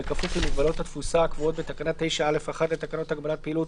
בכפוף למגבלות התפוסה הקבועות בתקנה 9(א)(1) לתקנות הגבלת פעילות,